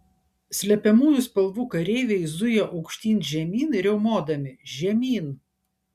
slepiamųjų spalvų kareiviai zuja aukštyn žemyn riaumodami žemyn